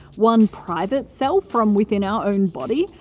one private self from within our own body,